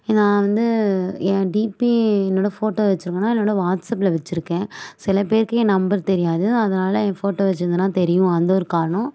நான் வந்து என் டிபி என்னோடய ஃபோட்டோ வச்சிருக்கேனா என்னோடய வாட்ஸப்ல வச்சிருக்கேன் சில பேருக்கு என் நம்பர் தெரியாது அதனால் என் ஃபோட்டோ வச்சிருந்தேனா தெரியும் அந்த ஒரு காரணம்